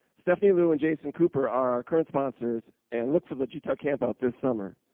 stephanie lou and jason cooper are our current sponsors and look for the gtug camp out this summer.